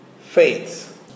faith